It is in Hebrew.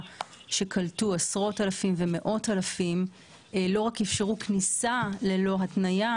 שקלטו עשרות אלפים ומאות אלפים לא רק אפשרו כניסה ללא התניה,